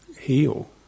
heal